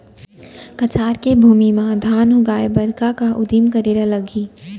कछार के भूमि मा धान उगाए बर का का उदिम करे ला लागही?